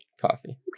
Coffee